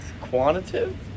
quantitative